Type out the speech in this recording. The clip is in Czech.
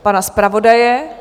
Pana zpravodaje?